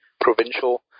provincial